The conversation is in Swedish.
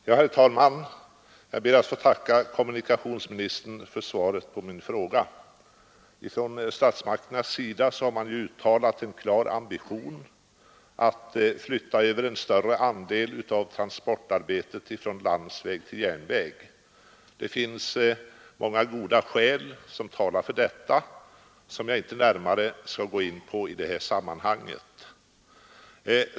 Herr talman! Jag ber att få tacka kommunikationsministern för svaret på min fråga. Från statsmakternas sida har man uttalat en klar ambition att flytta över en större andel av transportarbetet från landsväg till järnväg. Det finns många goda skäl som talar för detta, men jag skall inte närmare gå in på dem i det här sammanhanget.